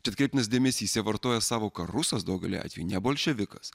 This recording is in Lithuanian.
tai atkreiptinas dėmesys jie vartoja sąvoką rusas daugeliu atvejų ne bolševikas